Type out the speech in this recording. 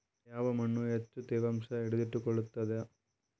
ಯಾವ್ ಮಣ್ ಹೆಚ್ಚು ತೇವಾಂಶ ಹಿಡಿದಿಟ್ಟುಕೊಳ್ಳುತ್ತದ?